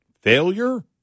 failure